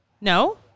No